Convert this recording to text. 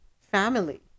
family